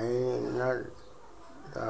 అయితదా?